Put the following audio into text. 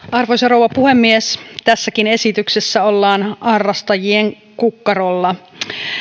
arvoisa rouva puhemies tässäkin esityksessä ollaan harrastajien kukkarolla